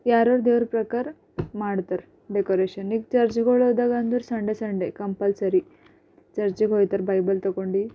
ಯಾರ್ಯಾರು ದೇವರ ಪ್ರಕಾರ ಮಾಡ್ತಾರೆ ಡೆಕೋರೇಷನ್ ಈಗ ಚರ್ಚ್ಗಳಿಗೋದಾಗ ಅಂದರೆ ಸಂಡೆ ಸಂಡೆ ಕಂಪಲ್ಸರಿ ಚರ್ಚ್ಗೆ ಹೋದರೆ ಬೈಬಲ್ ತೊಗೊಂಡು